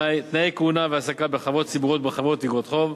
(תנאי כהונה והעסקה בחברות ציבוריות ובחברות איגרות חוב),